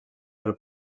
del